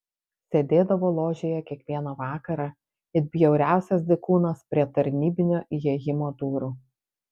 sėdėdavo ložėje kiekvieną vakarą it bjauriausias dykūnas prie tarnybinio įėjimo durų